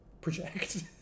project